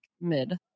mid